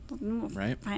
right